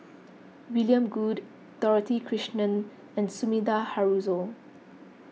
William Goode Dorothy Krishnan and Sumida Haruzo